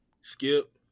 Skip